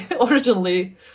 originally